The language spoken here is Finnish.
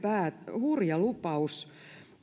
hurja lupaus